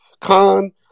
Con